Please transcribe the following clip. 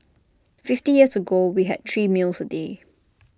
fifty years ago we had three meals A day